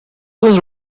was